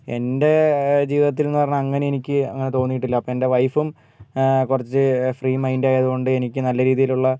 എൻ്റെ ജീവിതത്തിലെന്ന് പറഞ്ഞാൽ അങ്ങനെ എനിക്ക് അങ്ങനെ തോന്നിയിട്ടില്ല അപ്പോൾ എൻ്റെ വൈഫും കുറച്ച് ഫ്രീ മൈൻഡ് ആയതുകൊണ്ട് എനിക്ക് നല്ല രീതിയിലുള്ള